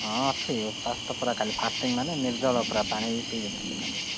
ହଁ ଅଛି ଓପାସ ତ ପୁରା କାଲି ଫାଷ୍ଟିଂ ମାନେ ନିର୍ଜଳ ପୁରା ପାଣି ବି ପିଇବିନି ମୁଁ କାଲି